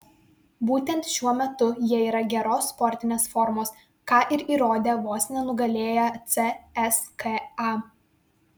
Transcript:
būtent šiuo metu jie yra geros sportinės formos ką ir įrodė vos nenugalėję cska